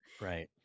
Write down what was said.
Right